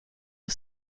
are